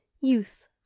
youth